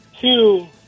Two